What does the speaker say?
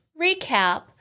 recap